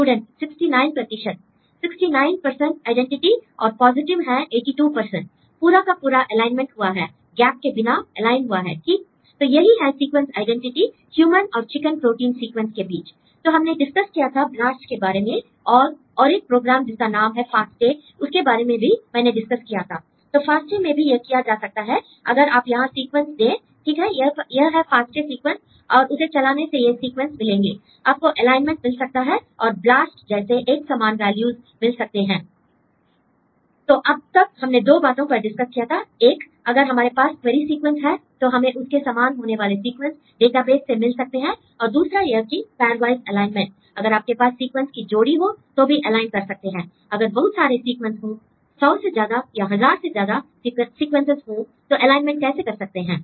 student 69 प्रतिशत l 69 identity और positive हैं 82 पूरा का पूरा एलाइनमेंट हुआ है गैप के बिना एलाइन हुआ है ठीक l तो यही है सीक्वेंस आईडेंटिटी ह्यूमन और चिकन प्रोटीन सीक्वेंस के बीच l तो हमने डिस्कस किया था ब्लास्ट के बारे में और और एक प्रोग्राम जिसका नाम है फास्टे उसके बारे में भी मैंने डिस्कस किया था l तो फास्टे में भी यह किया जा सकता है अगर आप यहां सीक्वेंस दें ठीक है यह है फास्टे सीक्वेंस और उसे चलाने से ये सीक्वेंस मिलेंगे l आपको एलाइनमेंट मिल सकता है और ब्लास्ट जैसे एक समान वैल्यूज़ मिल सकते हैं l तो अब तक हमने दो बातों पर डिस्कस किया था एक अगर हमारे पास क्वेरी सीक्वेंस है तो हमें उसके सामान होने वाले सीक्वेंस डेटाबेस से मिल सकते हैं और दूसरा यह कि पैर्वाइस् एलाइनमेंट अगर आपके पास सीक्वेंस की जोड़ी हो तो भी एलाइन कर सकते हैं l अगर बहुत सारे सीक्वेंस हों 100 से ज्यादा या हजार से ज्यादा सीक्वेंसेस हों तो एलाइनमेंट कैसे कर सकते हैं